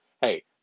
Hey